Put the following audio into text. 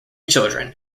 children